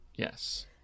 yes